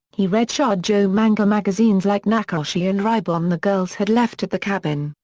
he read shojo manga magazines like nakayoshi and ribon the girls had left at the cabin,